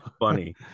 funny